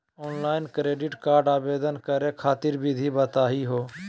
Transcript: Online credit card आवेदन करे खातिर विधि बताही हो?